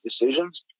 decisions